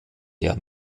der